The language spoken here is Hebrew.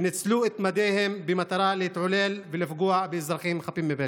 שניצלו את מדיהם במטרה להתעלל ולפגוע באזרחים חפים מפשע.